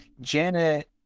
Janet